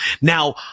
Now